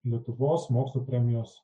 lietuvos mokslo premijos